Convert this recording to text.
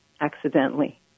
accidentally